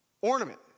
ornament